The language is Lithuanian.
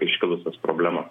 iškilusias problemas